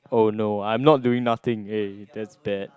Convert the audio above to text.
oh no I'm not doing nothing eh that's bad